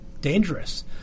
Dangerous